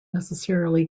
necessarily